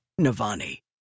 Navani